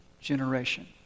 generation